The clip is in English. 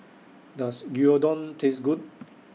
Does Gyudon Taste Good